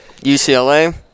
UCLA